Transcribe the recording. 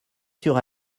sur